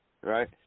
right